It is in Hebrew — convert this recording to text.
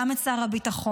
גם את שר הביטחון,